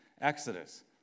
Exodus